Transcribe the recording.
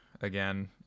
again